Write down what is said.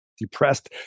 depressed